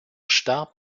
starb